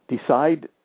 Decide